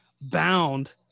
bound